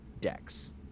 decks